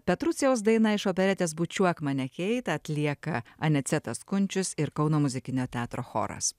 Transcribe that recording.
petrucijaus daina iš operetės bučiuok mane keit atlieka anicetas kunčius ir kauno muzikinio teatro choras